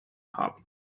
haben